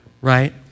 Right